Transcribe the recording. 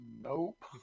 Nope